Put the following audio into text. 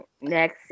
Next